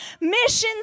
missions